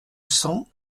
cents